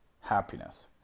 happiness